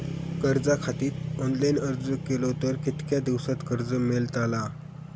कर्जा खातीत ऑनलाईन अर्ज केलो तर कितक्या दिवसात कर्ज मेलतला?